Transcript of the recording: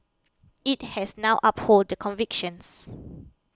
it has now upheld the convictions